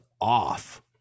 off